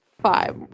five